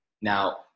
now